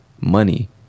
money